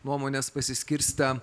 nuomonės pasiskirstę